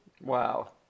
Wow